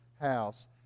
house